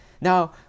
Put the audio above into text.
Now